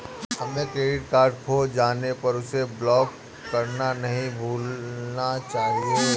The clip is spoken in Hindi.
हमें क्रेडिट कार्ड खो जाने पर उसे ब्लॉक करना नहीं भूलना चाहिए